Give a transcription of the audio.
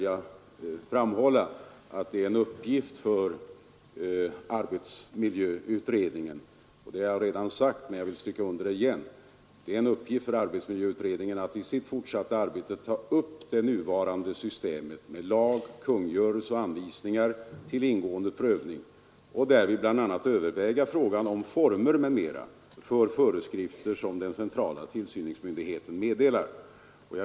Jag har redan sagt, och jag vill stryka under det igen, att det är en uppgift för arbetsmiljöutredningen att i sitt fortsatta arbete ta upp det nuvarande systemet med lag, kungörelse och anvisningar till ingående prövning och därvid bl.a. överväga frågan om former m.m. för föreskrifter som den centrala tillsynsmyndigheten meddelar.